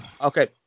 okay